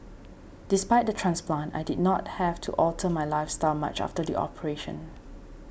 despite the transplant I did not have to alter my lifestyle star much after the operation